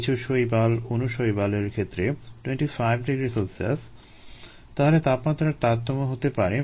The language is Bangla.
কিছু শৈবাল অণু শৈবাল এর ক্ষেত্রে 25 ºC তাহলে তাপমাত্রার তারতম্য হতে পারে